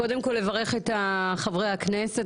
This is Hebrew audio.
קודם כל לברך את חברי הכנסת,